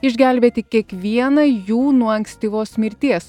išgelbėti kiekvieną jų nuo ankstyvos mirties